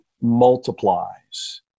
multiplies